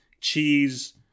cheese